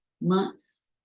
months